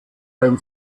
beim